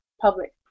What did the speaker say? public